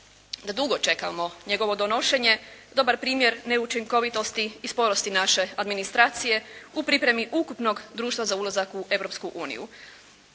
da dugo čekamo njegovo donošenje dobar primjer neučinkovitosti i sporosti naše administracije u pripremi ukupnog društva za ulazak u